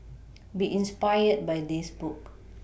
be inspired by this book